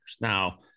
Now